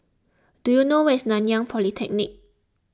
do you know where is Nanyang Polytechnic